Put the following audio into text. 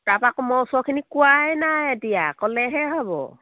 তাপা আকৌ মই ওচৰখিনি কোৱাই নাই এতিয়া ক'লেহে হ'ব